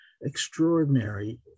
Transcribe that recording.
extraordinary